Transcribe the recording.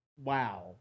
Wow